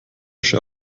wäsche